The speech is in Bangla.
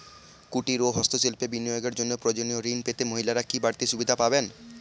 কুটীর ও হস্ত শিল্পে বিনিয়োগের জন্য প্রয়োজনীয় ঋণ পেতে মহিলারা কি বাড়তি সুবিধে পাবেন?